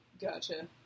Gotcha